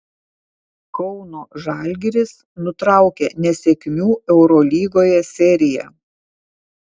kauno žalgiris nutraukė nesėkmių eurolygoje seriją